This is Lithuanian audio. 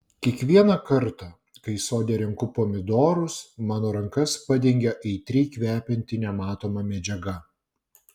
kiekvieną kartą kai sode renku pomidorus mano rankas padengia aitriai kvepianti nematoma medžiaga